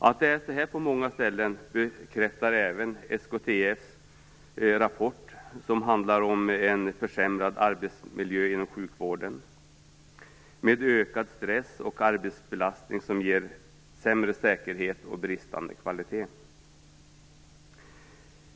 Att det är så här på många ställen bekräftar även SKTF:s rapport, som handlar om en försämrad arbetsmiljö inom sjukvården, med ökad stress och arbetsbelastning som ger sämre säkerhet och bristande kvalitet.